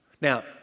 Now